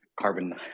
carbon